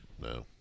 no